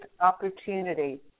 opportunity